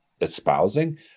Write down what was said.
espousing